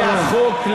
כי החוק,